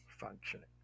functioning